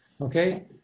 Okay